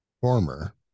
former